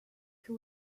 que